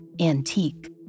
antique